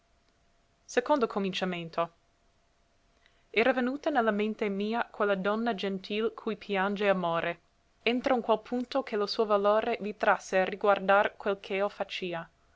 cominciamento era venuta ne la mente mia quella donna gentil cui piange amore entro n quel punto che lo suo valore mi trasse a riguardar quel ch'eo facia